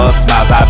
smiles